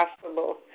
possible